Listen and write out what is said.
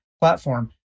platform